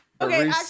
Okay